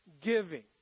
giving